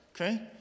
okay